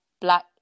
black